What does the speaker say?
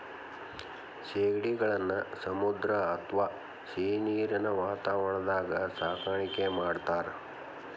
ಸೇಗಡಿಗಳನ್ನ ಸಮುದ್ರ ಅತ್ವಾ ಸಿಹಿನೇರಿನ ವಾತಾವರಣದಾಗ ಸಾಕಾಣಿಕೆ ಮಾಡ್ತಾರ